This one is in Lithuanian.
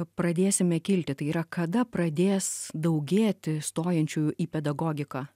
pradėsime kilti tai yra kada pradės daugėti stojančių į pedagogiką